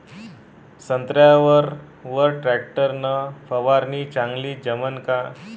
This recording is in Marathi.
संत्र्यावर वर टॅक्टर न फवारनी चांगली जमन का?